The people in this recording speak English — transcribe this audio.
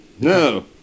no